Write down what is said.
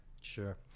Sure